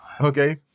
okay